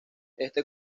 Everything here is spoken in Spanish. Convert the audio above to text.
este